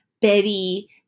betty